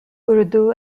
urdu